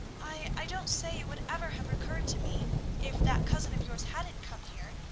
i i don't say it would ever have occurred to me if that cousin of yours hadn't come here,